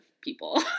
people